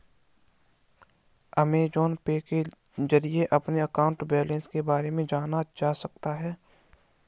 Amazon pay के जरिए अपने अकाउंट बैलेंस के बारे में जाना जा सकता है